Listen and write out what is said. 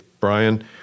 Brian